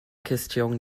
question